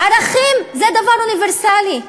ערכים זה דבר אוניברסלי.